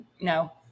no